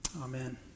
Amen